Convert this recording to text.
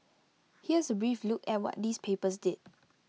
here's A brief look at what these papers did